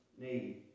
need